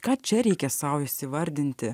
ką čia reikia sau įsivardinti